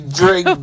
drink